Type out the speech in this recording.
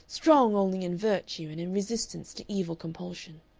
strong only in virtue and in resistance to evil compulsion.